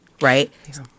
right